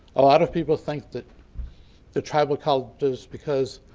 a lot of people think that the tribal colleges because